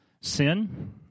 sin